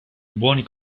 buoni